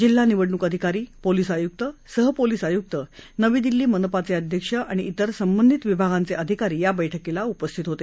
जिल्हा निवडणूक अधिकारी पोलिस आयुक्त सहपोलिस आयुक्त नवी दिल्ली मनपाचे अध्यक्ष आणि इतर संबंधित विभागांचे अधिकारी बैठकीला उपस्थित होते